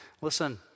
listen